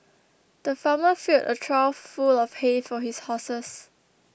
the farmer filled a trough full of hay for his horses